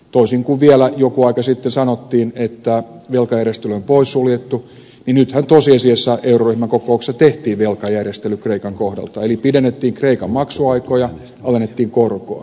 toisin kuin vielä jonkin aika sitten kun sanottiin että velkajärjestely on poissuljettu nythän tosiasiassa euroryhmän kokouksessa tehtiin velkajärjestely kreikan kohdalta eli pidennettiin kreikan maksuaikoja alennettiin korkoa